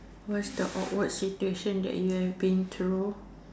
what the awkward situation that you have been through